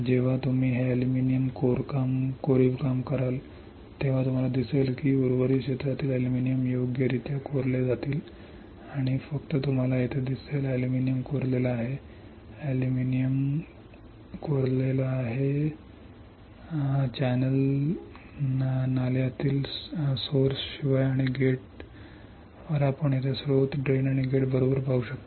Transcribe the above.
जेव्हा तुम्ही ते अॅल्युमिनियम खोदकाम कराल तेव्हा तुम्हाला दिसेल की उर्वरित क्षेत्रातील अॅल्युमिनियम योग्यरित्या खोदले जातील आणि फक्त तुम्हाला येथे दिसेल अॅल्युमिनियम कोरलेला आहे अॅल्युमिनियम कोरलेला आहे अॅल्युमिनियम कोरलेला आहे अॅल्युमिनियम कोरलेला आहे नाल्यातील स्त्रोताशिवाय आणि गेटवर आपण येथे स्त्रोत ड्रेन आणि गेट बरोबर पाहू शकता